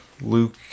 Luke